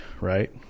right